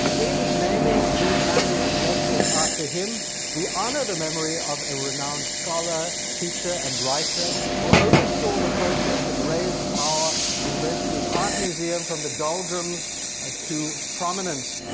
in naming these annual lectures after him we honor the memory of a renowned scholar, teacher, and writer, who oversaw the process that raised our university's art museum from the doldrums ah to prominence.